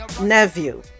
nephew